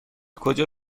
کجا